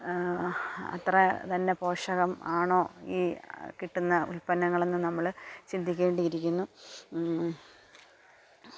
അത്ര തന്നെ പോഷകം ആണോ ഈ കിട്ടുന്ന ഉൽപ്പന്നങ്ങളെന്ന് നമ്മള് ചിന്തിക്കേണ്ടിയിരിക്കുന്നു